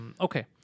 okay